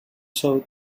south